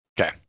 Okay